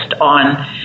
on